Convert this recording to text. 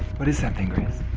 what is that thing grace?